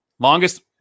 Longest